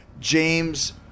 James